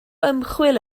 ymchwil